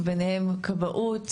וביניהם: כבאות,